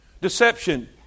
Deception